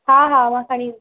हा हा मां खणी ईंदमि